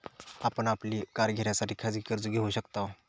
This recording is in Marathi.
आपण आपली कार घेण्यासाठी खाजगी कर्ज घेऊ शकताव